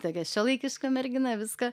tokia šiuolaikiška mergina viską